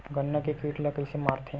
गन्ना के कीट ला कइसे मारथे?